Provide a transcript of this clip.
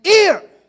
ear